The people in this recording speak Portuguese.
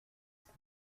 está